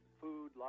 food